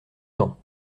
temps